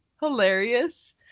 hilarious